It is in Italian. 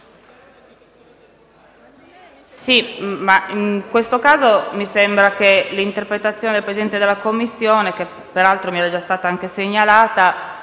Sì, in questo caso mi sembra che, secondo l'interpretazione del Presidente della Commissione, che tra l'altro mi era già stata segnalata,